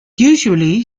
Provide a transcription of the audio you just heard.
usually